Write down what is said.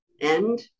end